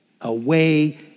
Away